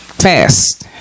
fast